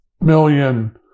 million